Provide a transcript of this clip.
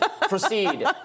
Proceed